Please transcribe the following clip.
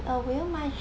uh would you mind